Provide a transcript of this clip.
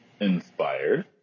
inspired